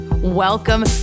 Welcome